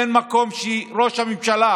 אין מקום שראש הממשלה